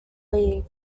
league